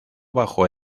bajo